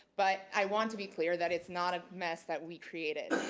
but i want to be clear that it's not a mess that we created.